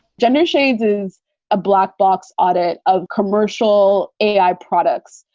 janice shade's is a black box audit of commercial a i. products.